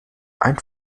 ein